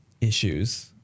issues